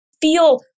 feel